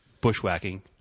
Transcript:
bushwhacking